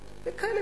כי הוא צריך לעבוד.